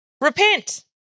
Repent